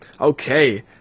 Okay